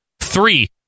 three